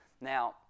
Now